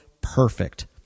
perfect